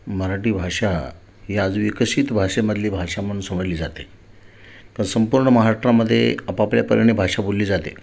मराठी भाषा ही आज विकसित भाषेमधली भाषा म्हणून समजली जाते तर संपूर्ण महाराष्ट्रामध्ये आपापल्यापरीने भाषा बोलली जाते